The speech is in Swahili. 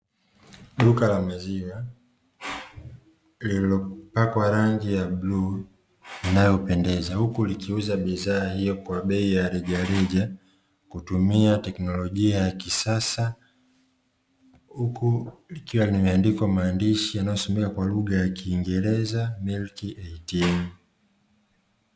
Duka la maziwa lililopakwa rangi ya bluu inayopendeza huku likiuza bidhaa hiyo kwa bei ya rejareja, kutumia teknolojia ya kisasa huku likiwa limeandikwa maandishi yanayosomeka kwa lugha ya kingereza "MILK ATM".